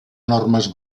normes